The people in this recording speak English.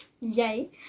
Yay